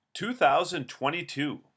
2022